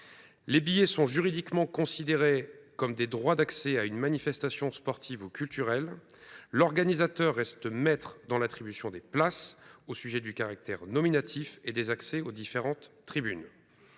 Les billets sont juridiquement considérés comme des droits d’accès à une manifestation sportive ou culturelle. L’organisateur reste maître de l’attribution des billets nominatifs et des accès aux différentes tribunes.